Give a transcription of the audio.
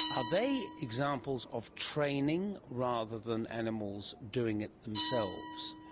are they examples of training rather than animals doing it themselves?